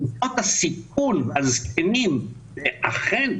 על קבוצות הסיכון ועל זקנים אכן,